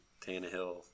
Tannehill